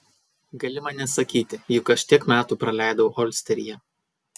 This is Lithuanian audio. gali man nesakyti juk aš tiek metų praleidau olsteryje